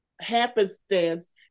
happenstance